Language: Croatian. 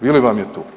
Vili vam je tu.